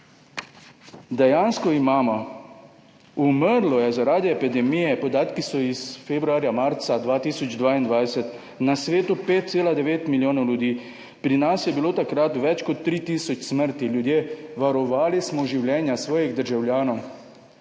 Dejansko imamo, umrlo je zaradi epidemije, podatki so iz februarja, marca 2022, na svetu 5,9 milijona ljudi, pri nas je bilo takrat več kot 3 tisoč smrti. Ljudje, varovali smo življenja svojih državljanov.